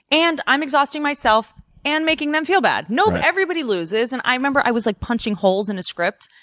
and i'm exhausting myself and making them feel bad. nope, everybody loses. and i remember i was like punching holes in a script,